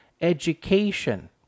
education